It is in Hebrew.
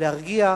להרגיע.